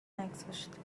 نگذاشت